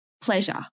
pleasure